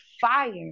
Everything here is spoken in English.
fire